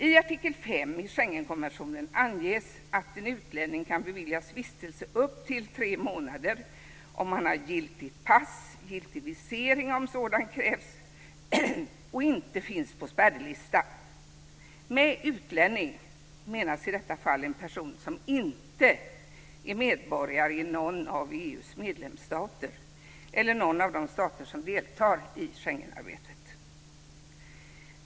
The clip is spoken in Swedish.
I artikel 5 i Schengenkonventionen anges att en utlänning kan beviljas vistelse upp till tre månader om han har giltigt pass och giltig visering, om sådan krävs, och inte finns på spärrlista. Med "utlänning" menas i detta fall en person som inte är medborgare i någon av EU:s medlemsstater eller i någon av de stater som deltar i Schengenarbetet.